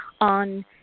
on